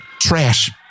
trash